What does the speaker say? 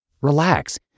Relax